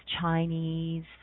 Chinese